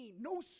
No